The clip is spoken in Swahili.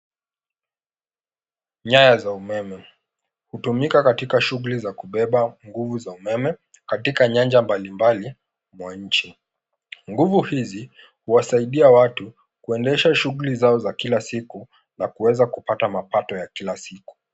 Nyaya za umeme. Hutumika katika shughuli za kubeba nguvu za umeme katika nyanja mbalimbali mwa nchi. Nguvu hizi, huwasaidia watu kuendelesha shughuli zao za kila siku na kuweza kupata mapato ya kila siku.